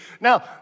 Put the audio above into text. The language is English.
Now